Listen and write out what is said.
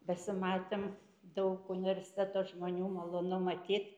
besimatėm daug universiteto žmonių malonu matyt